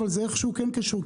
אבל זה איכשהו כן קשור,